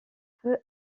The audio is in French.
peu